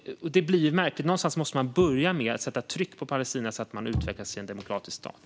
Det blir märkligt. Någonstans måste man börja med att sätta tryck på Palestina så att de utvecklas till en demokratisk stat.